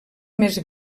més